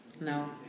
No